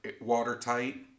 watertight